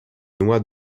noix